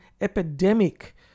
epidemic